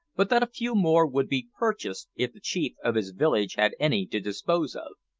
but that a few more would be purchased if the chief of his village had any to dispose of.